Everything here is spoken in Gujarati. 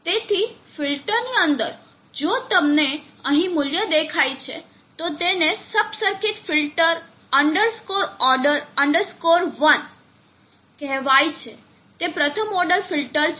તેથી ફિલ્ટરની અંદર જો તમને અહીં મૂલ્ય દેખાય છે તો તેને sub circuit filt underscore order underscore one ફિલ્ટ ર્ડ 1 કહેવાય છે એ પ્રથમ ઓર્ડર છે